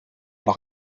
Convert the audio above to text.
noch